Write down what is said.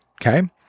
Okay